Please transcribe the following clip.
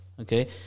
okay